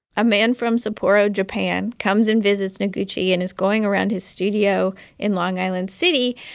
a man from sapporo japan comes and visits noguchi and is going around his studio in long island city.